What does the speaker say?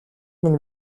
минь